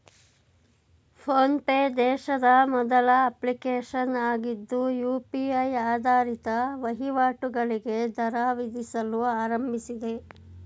phone pay ದೇಶದ ಮೊದಲ application ಆಗಿದ್ದು ಯು.ಪಿ.ಐ ಆಧಾರಿತ ವಹಿವಾಟುಗಳಿಗೆ ದರ ವಿಧಿಸಲು ಆರಂಭಿಸಿದೆ